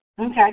Okay